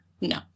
no